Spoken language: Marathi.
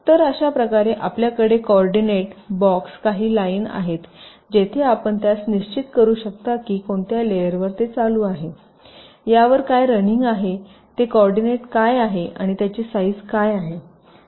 तर अशा प्रकारे आपल्याकडे कोऑर्डिनेट बॉक्स काही लाईन आहेत जेथे आपण त्यास निश्चित करू शकता की कोणत्या लेयरवर ते चालू आहेयावर काय राननिंग आहे हे कोऑर्डिनेट काय आहे आणि त्याचे साईझ काय आहे